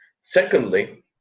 Secondly